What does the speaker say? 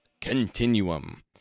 Continuum